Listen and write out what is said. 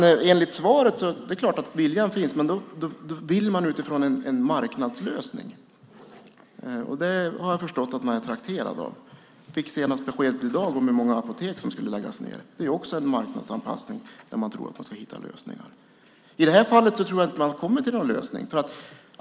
Det är klart att viljan finns, men man vill utifrån en marknadslösning. Det har jag förstått att man är trakterad av. Senast i dag har vi fått besked om hur många apotek som ska läggas ned. Det är också en marknadsanpassning där man tror att man ska hitta lösningar. I det här fallet tror jag inte att man kommer till någon lösning.